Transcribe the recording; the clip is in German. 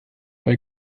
bei